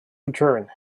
return